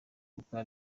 kuko